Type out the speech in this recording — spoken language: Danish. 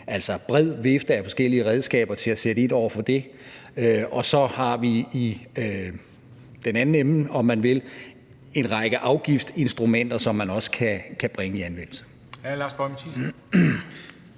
en bred vifte af forskellige redskaber til at sætte ind over for det. Så har vi i den anden ende, om man vil, en række afgiftsinstrumenter, som man også kan bringe i anvendelse.